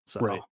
Right